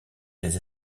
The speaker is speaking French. des